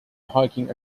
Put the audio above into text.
hiking